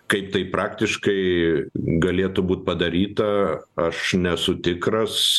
kaip tai praktiškai galėtų būt padaryta aš nesu tikras